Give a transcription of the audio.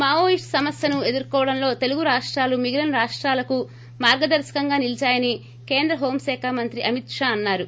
మావోయిస్ల్ సమస్యను ఎదుర్కోవడంలో తెలుగు రాష్లాలు మిగిలిన రాష్లాలకు మార్గదర్రకం గా నిలీచాయని కేంద్ర హోంశాఖ మంత్రి అమిత్ షా అన్నారు